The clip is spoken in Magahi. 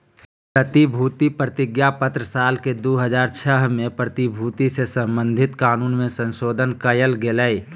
प्रतिभूति प्रतिज्ञापत्र साल के दू हज़ार छह में प्रतिभूति से संबधित कानून मे संशोधन कयल गेलय